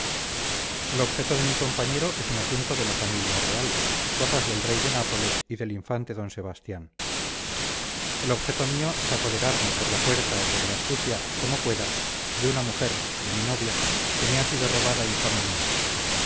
el objeto de mi compañero es un asunto de la familia real cosas del rey de nápoles y del infante d sebastián el objeto mío es apoderarme por la fuerza o por la astucia como pueda de una mujer de mi novia que me ha sido robada